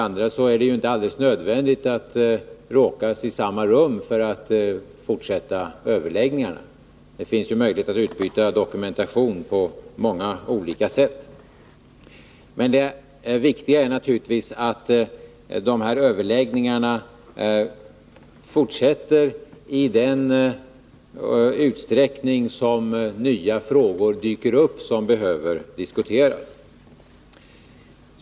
Vidare är det inte nödvändigt att råkas i samma rum för att fortsätta överläggningarna. Det finns ju möjlighet att utbyta dokumentation på många olika sätt. Men det viktiga är naturligtvis att de här överläggningarna fortsätter allteftersom det dyker upp nya frågor som behöver diskuteras.